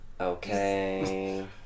Okay